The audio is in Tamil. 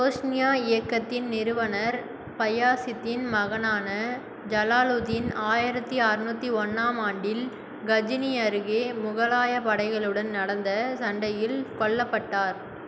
ரோஷ்னியா இயக்கத்தின் நிறுவனர் பயாசித்தின் மகனான ஜலாலுதீன் ஆயிரத்து அறநூற்றி ஒன்றாம் ஆண்டில் கஜினி அருகே முகலாயப் படைகளுடன் நடந்த சண்டையில் கொல்லப்பட்டார்